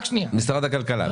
משרד הכלכלה.